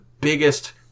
biggest